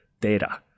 data